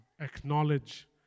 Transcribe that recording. acknowledge